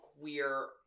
queer